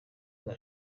bwa